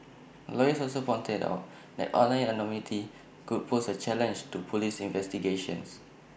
lawyers also pointed out that online anonymity could pose A challenge to Police investigations